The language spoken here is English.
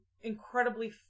incredibly